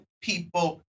people